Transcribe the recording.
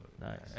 Nice